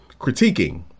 critiquing